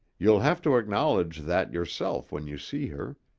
you'll have to acknowledge that yourself when you see her.